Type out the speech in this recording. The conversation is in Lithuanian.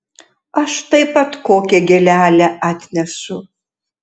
aš taip pat kokią gėlelę atnešu